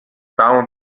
down